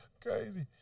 Crazy